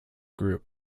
group